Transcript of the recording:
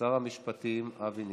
שר המשפטים אבי ניסנקורן.